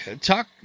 talk